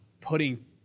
putting